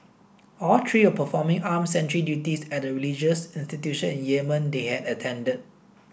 all three are performing arm sentry duties at a religious institution in Yemen they had attended